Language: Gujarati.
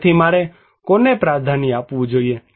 તેથી મારે કોને પ્રાધાન્ય આપવું જોઈએ